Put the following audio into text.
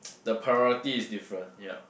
the priority is different yup